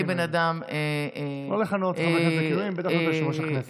לא לכנות בכינויים, בטח לא את יושב-ראש הכנסת.